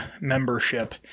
membership